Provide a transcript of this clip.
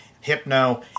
Hypno